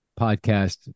podcast